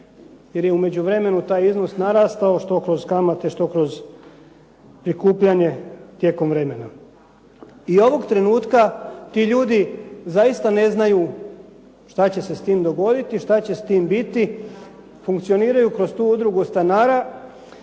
jer je u međuvremenu taj iznos narastao što kroz kamate, što kroz prikupljanje tijekom vremena. I ovog trenutka ti ljudi zaista ne znaju što će se s tim dogoditi, šta će s tim biti. Funkcioniraju kroz tu udrugu stanara i